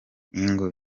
ngo